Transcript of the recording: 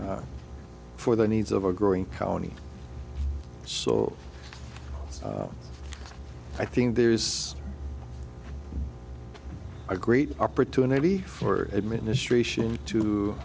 for the needs of a growing colony so i think there is a great opportunity for administration to